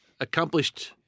Accomplished